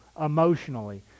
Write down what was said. emotionally